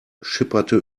schipperte